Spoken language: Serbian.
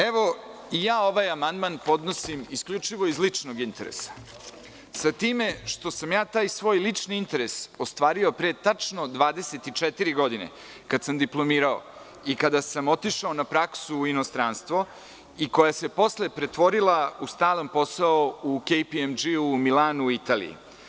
Evo i ja ovaj amandman podnosim isključivo iz ličnog interesa, s tim što sam taj svoj lični interes ostvario pre tačno 24 godine, kada sam diplomirao i kada sam otišao na praksu u inostranstvo i koje se posle pretvorila u stalan posao u KPMG u Milanu, u Italiji.